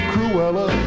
Cruella